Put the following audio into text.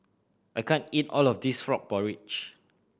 I can't eat all of this frog porridge